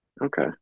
Okay